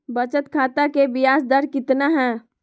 बचत खाता के बियाज दर कितना है?